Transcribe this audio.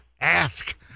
Ask